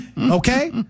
okay